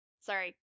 Sorry